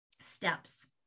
steps